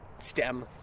stem